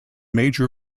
major